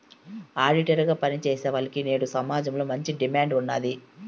auditor గా పని చేసేవాల్లకి నేడు సమాజంలో మంచి డిమాండ్ ఉన్నాది